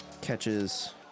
catches